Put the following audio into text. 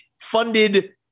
funded